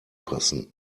passen